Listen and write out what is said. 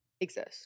exist